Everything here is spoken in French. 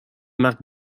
marques